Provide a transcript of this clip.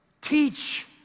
Teach